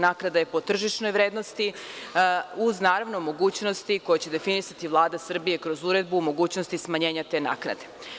Naknada je po tržišnoj vrednosti uz naravno mogućnosti koje će definisati Vlada Srbije kroz uredbu mogućnosti smanjenja te naknade.